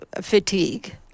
fatigue